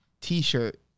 T-shirt